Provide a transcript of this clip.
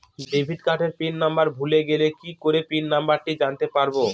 Debit কার্ডের PIN number ভুলে গেলে কি করে পিন নম্বরটি জানতে পারবো?